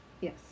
Yes